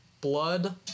blood